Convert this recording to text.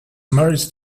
married